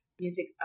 music